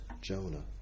Jonah